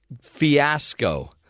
fiasco